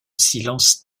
silence